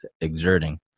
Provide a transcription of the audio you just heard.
exerting